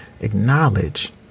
acknowledge